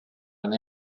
and